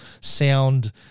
sound